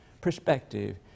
Perspective